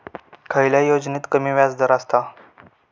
खयल्या योजनेत कमी व्याजदर असता?